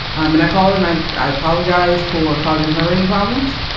um and i called and i, i apologized for causing her any problems.